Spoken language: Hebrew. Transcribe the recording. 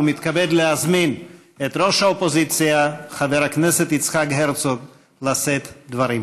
ומתכבד להזמין את ראש האופוזיציה חבר הכנסת יצחק הרצוג לשאת דברים.